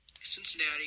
Cincinnati